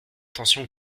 tension